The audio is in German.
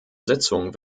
sitzung